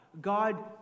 God